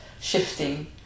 shifting